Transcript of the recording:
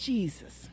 Jesus